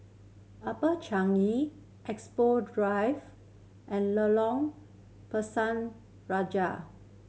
Upper Changi Expo Drive and Lorong Pisang Raja